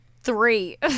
three